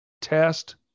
Test